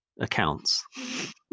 accounts